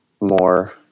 more